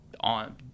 on